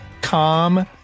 calm